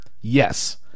Yes